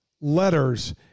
letters